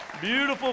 Beautiful